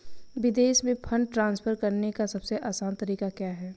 विदेश में fund transfer करने का सबसे आसान तरीका क्या है?